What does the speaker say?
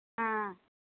ஆ